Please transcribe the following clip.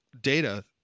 data